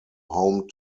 home